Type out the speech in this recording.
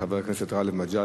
חבר הכנסת גאלב מג'אדלה,